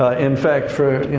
ah in fact, for, you